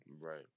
Right